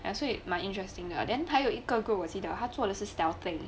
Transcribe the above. thats why 蛮 interesting 的 then 还有一个 group 我记得他做了 scouting